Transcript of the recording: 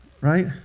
right